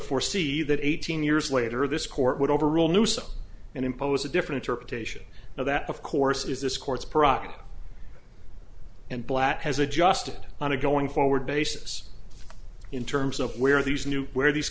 foresee that eighteen years later this court would overrule noosa and impose a different interpretation now that of course is this court's profit and black has adjusted on a going forward basis in terms of where these new where these